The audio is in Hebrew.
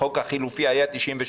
בחוק לראש הממשלה החלופי היה 98,